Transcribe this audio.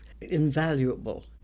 invaluable